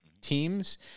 teams